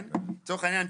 לצורך העניין,